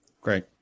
Great